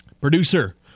Producer